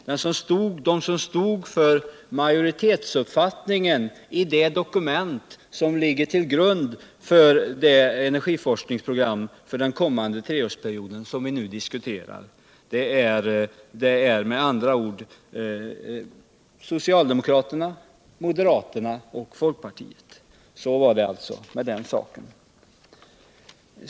De som stod för majoritetens uppfattning i det dokument som ligger till grund för det energiforskningsprogram för den kommande treårsperioden som vi nu diskuterar är alltså socialdemokraterna. moderaterna och folkpartisterna — så var det med den saken.